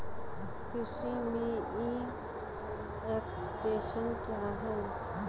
कृषि में e extension क्या है?